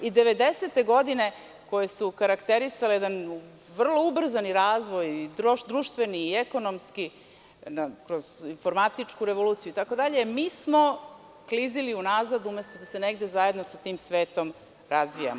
Devedesetih godina koje su karakterisale jedan vrlo ubrzan razvoj, društveni i ekonomski, kroz informatičku revoluciju itd, mi smo klizili unazad, umesto da se negde zajedno sa tim svetom razvijamo.